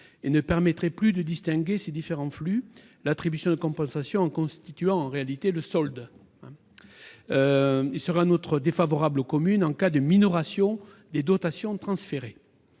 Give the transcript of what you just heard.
et ne permettrait plus de distinguer ces différents flux, l'attribution de compensations constituant en réalité le solde. Il serait en outre défavorable aux communes en cas de minoration des dotations transférées.